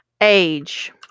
age